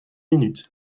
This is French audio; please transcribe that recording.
minutes